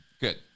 good